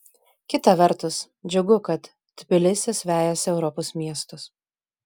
kita vertus džiugu kad tbilisis vejasi europos miestus